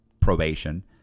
probation